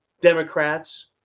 Democrats